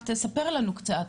תספר לנו קצת.